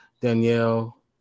Danielle